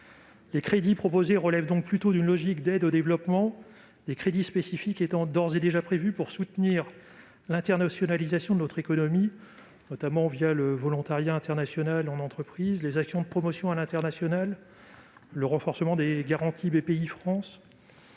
Les crédits proposés relèvent donc plutôt d'une logique d'aide au développement, des crédits spécifiques étant d'ores et déjà prévus pour soutenir l'internationalisation de notre économie, notamment le volontariat international en entreprise (VIE), les actions de promotion à l'international ou encore le renforcement des garanties de Bpifrance.